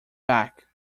back